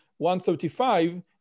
135